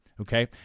okay